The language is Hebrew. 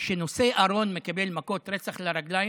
כשנושא ארון מקבל מכות רצח ברגליים,